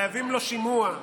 חייבים לו שימוע.